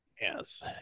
Yes